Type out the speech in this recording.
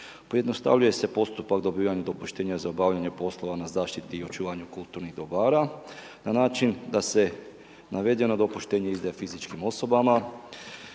Pojednostavljuje se postupak dobivanja dopuštenja za obavljanje poslova na zaštiti i očuvanju kulturnih dobara na način da se navedeno dopuštenje izdaje fizičkim osobama,